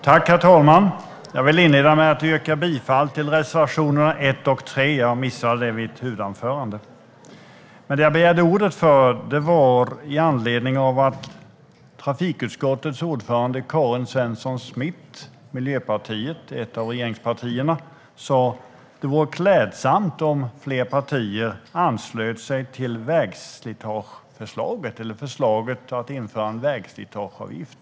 Herr talman! Jag vill inleda med att yrka bifall till reservationerna 1 och 3 eftersom jag missade det i mitt huvudanförande. Jag begärde replik i anledning av att trafikutskottets ordförande Karin Svensson Smith, Miljöpartiet, ett av regeringspartierna, sa: Det vore klädsamt om fler partier anslöt sig till förslaget om att införa en vägslitageavgift.